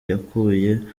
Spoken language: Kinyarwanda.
yakuye